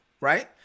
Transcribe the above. right